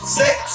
six